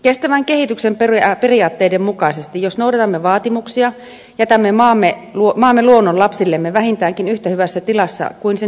kestävän kehityksen periaatteiden mukaisesti jos noudatamme vaatimuksia jätämme maamme luonnon lapsillemme vähintäänkin yhtä hyvässä tilassa kuin se itse saimme